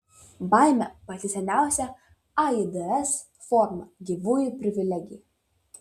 baimė pati seniausia aids forma gyvųjų privilegija